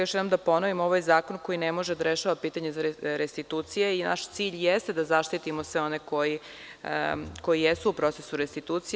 Još jednom da ponovimo – ovo je zakon koji ne može da rešava pitanje restitucije i naš cilj jeste da zaštitimo sve one koji jesu u procesu restitucije.